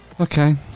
Okay